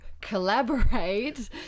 collaborate